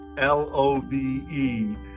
L-O-V-E